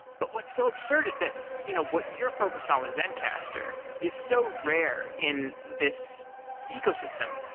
but what's so absurd is that you know what you're focused on with zencastr is so rare in this ecosystem,